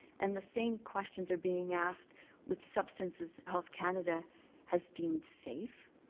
and the same questions are being asked with substances health canada has deemed safe.